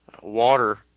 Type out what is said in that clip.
water